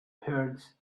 hearts